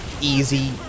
easy